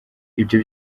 ibyo